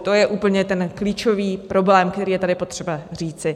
To je úplně ten klíčový problém, který je tady potřeba říci.